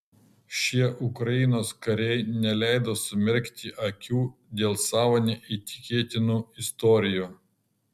šie ukrainos kariai neleido sumerkti akių dėl savo neįtikėtinų istorijų